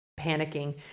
panicking